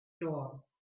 doors